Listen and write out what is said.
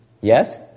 Yes